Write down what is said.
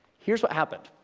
here's what happened